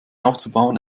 aufzubauen